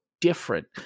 different